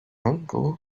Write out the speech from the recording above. uncle